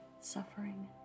suffering